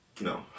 no